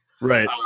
Right